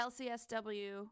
LCSW